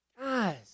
guys